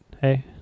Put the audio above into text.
hey